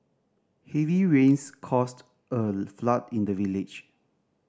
heavy rains caused a flood in the village